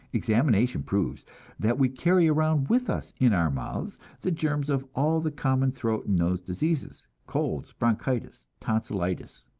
examination proves that we carry around with us in our mouths the germs of all the common throat and nose diseases, colds, bronchitis, tonsilitis.